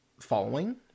following